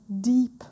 deep